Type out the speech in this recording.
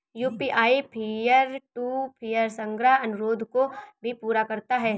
UPI peer to peer संग्रह अनुरोध को भी पूरा करता है